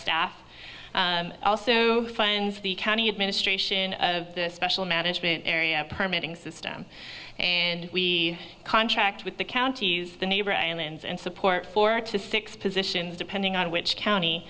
staff also funds the county administration of the special management area permeating system and we contract with the counties the neighbor islands and support for to six positions depending on which